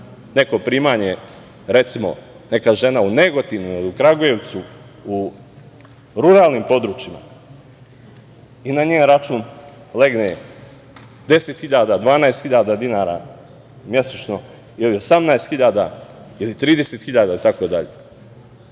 neko primanje, recimo, neka žena u Negotinu, u Kragujevcu, u ruralnim područjima, i na njen račun legne 10.000, 12.000 dinara mesečno ili 18.000 ili 30.000